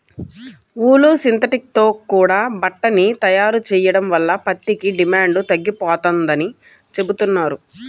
ఊలు, synthetic తో కూడా బట్టని తయారు చెయ్యడం వల్ల పత్తికి డిమాండు తగ్గిపోతందని చెబుతున్నారు